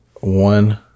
one